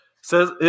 says